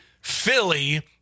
Philly